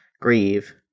grieve